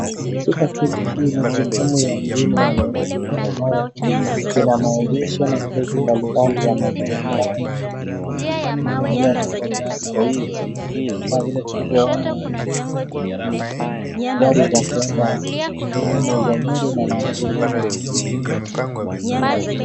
Katika steji hii la sokoni la mjini wa Nairobi ina maegesho na steji mbalimbali ya magari haya tofauti tofauti . Hapa Kama vile tunavyoona ni gari za kuenda sehemu za Nyeri na Nakuru.